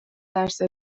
ترس